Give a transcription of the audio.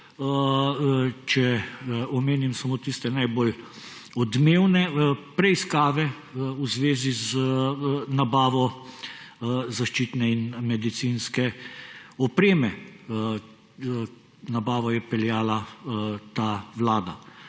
če omenim samo tiste najbolj odmevne, v preiskave v zvezi z nabavo zaščitne in medicinske opreme. Nabavo je peljala ta vlada.